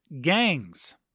gangs